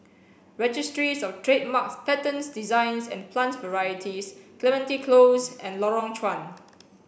registries of Trademarks Patents Designs and Plant Varieties Clementi Close and Lorong Chuan